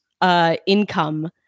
Income